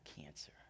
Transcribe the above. cancer